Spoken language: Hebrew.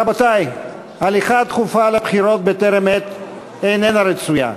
רבותי, הליכה תכופה לבחירות בטרם עת איננה רצויה.